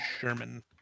sherman